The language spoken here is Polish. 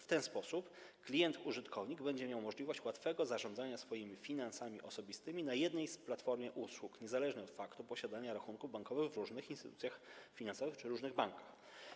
W ten sposób klient użytkownik będzie miał możliwość łatwego zarządzania swoimi finansami osobistymi na jednej platformie usług niezależnie od faktu posiadania rachunków bankowych w różnych instytucjach finansowych czy różnych bankach.